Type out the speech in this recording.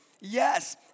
Yes